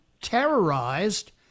terrorized